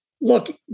look